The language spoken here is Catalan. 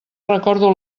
recordo